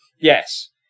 Yes